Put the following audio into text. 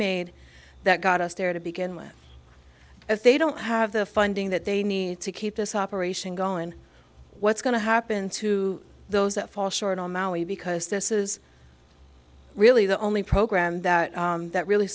made that got us there to begin with if they don't have the funding that they need to keep this operation going what's going to happen to those that fall short on maui because this is really the only program that that really